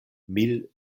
mil